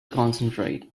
concentrate